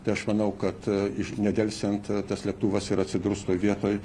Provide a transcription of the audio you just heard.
tai aš manau kad ir nedelsiant tas lėktuvas ir atsidurs toj vietoj